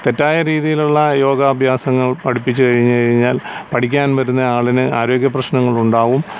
തെറ്റായ രീതിയിലുള്ള യോഗാഭ്യാസങ്ങൾ പഠിപ്പിച്ചു കഴിഞ്ഞു കഴിഞ്ഞാൽ പഠിക്കാൻ വരുന്ന ആളിന് ആരോഗ്യപ്രശ്നങ്ങളുണ്ടാകും